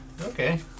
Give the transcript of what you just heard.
Okay